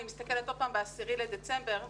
אני מסתכלת עוד פעם ב-10 בדצמבר,